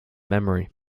memory